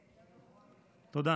תודה.